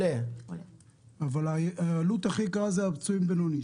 אבל העלות הכי גבוהה זה הפצועים בינוני.